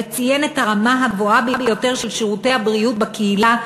וציין את הרמה הגבוהה ביותר של שירותי הבריאות בקהילה,